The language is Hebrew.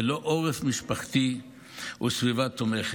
ללא עורף משפחתי וסביבה תומכת.